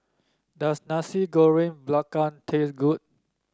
does Nasi Goreng Belacan taste good